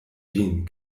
vin